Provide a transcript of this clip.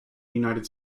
united